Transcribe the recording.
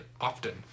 often